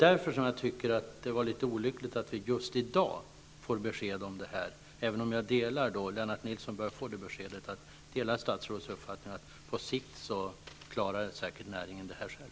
Därför tycker jag att det var litet olyckligt att vi just i dag fick detta besked, även om jag, vilket Lennart Nilsson bör få besked om, delar statsrådets uppfattning att näringen på sikt säkert klarar detta själv.